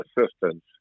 assistance